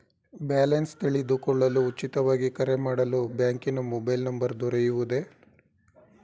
Balance ತಿಳಿದುಕೊಳ್ಳಲು ಉಚಿತವಾಗಿ ಕರೆ ಮಾಡಲು ಬ್ಯಾಂಕಿನ ಮೊಬೈಲ್ ನಂಬರ್ ದೊರೆಯುವುದೇ?